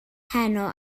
heno